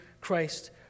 Christ